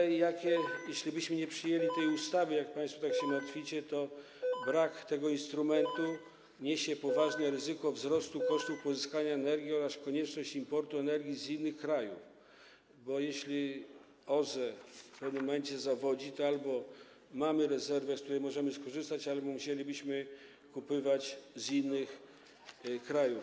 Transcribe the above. Jeślibyśmy nie przyjęli tej ustawy, jak państwo tak się martwicie, to brak tego instrumentu niesie poważne ryzyko wzrostu kosztów pozyskania energii oraz konieczność importu energii z innych krajów, bo jeśli OZE w pewnym momencie zawodzi, to albo mamy rezerwę, z której możemy skorzystać, albo musimy kupować z innych krajów.